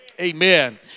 Amen